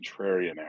contrarian